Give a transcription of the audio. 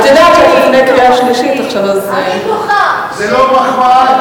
את יודעת שלפני קריאה שלישית עכשיו, זו לא מחמאה,